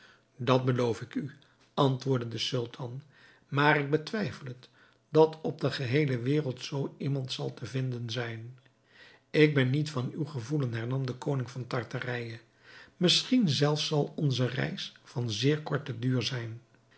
dat beloof ik u antwoordde de sultan maar ik betwijfel het dat op de geheele wereld zoo iemand zal te vinden zijn ik ben niet van uw gevoelen hernam de koning van tartarije misschien zelfs zal onze reis van zeer korten duur zijn